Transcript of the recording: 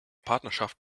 partnerschaft